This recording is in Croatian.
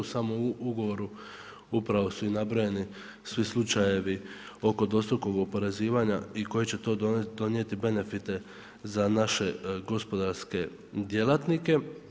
U samom ugovoru upravo su i nabrojeni svi slučajevi oko dvostrukog oporezivanja i koji će to donijeti benefite za naše gospodarske djelatnike.